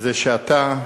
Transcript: זה שאתה,